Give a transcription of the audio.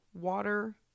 water